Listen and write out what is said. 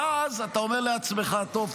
ואז אתה אומר לעצמך: טוב,